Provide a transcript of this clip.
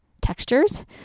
textures